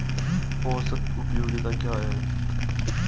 औसत उपयोगिता क्या है?